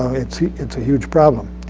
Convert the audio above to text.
it's yeah it's a huge problem.